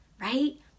right